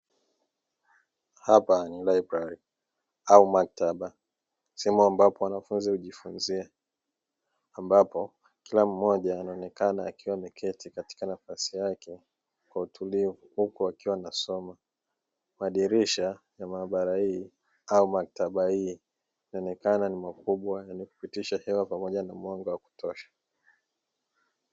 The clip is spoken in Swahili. Hapa ni laibrari au maktaba, sehemu ambapo wanafunzi hujifunzia, ambapo kila mmoja anaonekana akiwa ameketi katika nafasi yake kwa utulivu, huku wakiwa wanasoma , madirisha ya maabara hii au maktaba yanaonekana ni makubwa yanayopitisha hewa pamoja na mwanga wa kutosha.